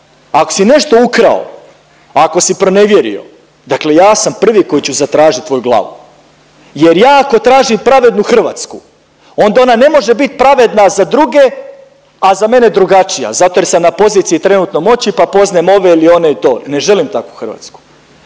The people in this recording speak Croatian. ako si nešto ukrao, ako si pronevjerio, dakle ja sam prvi koji ću zatražit tvoju glavu jer ja ako tražim pravednu Hrvatsku onda ona ne može bit pravedna za druge, a za mene drugačija zato jer sam na poziciji trenutno moći, pa poznajem ove ili one i to, ne želim takvu Hrvatsku.